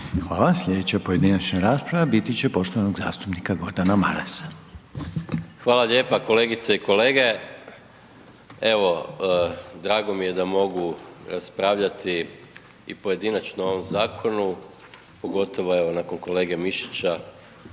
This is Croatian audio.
Hvala. Sljedeća pojedinačna rasprava biti će poštovanog zastupnika Gordana Marasa. **Maras, Gordan (SDP)** Hvala lijepa. Kolegice i kolege evo drago mi je da mogu raspravljati i pojedinačno o ovom zakonu, pogotovo evo nakon kolege Mišića